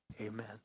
amen